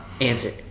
answer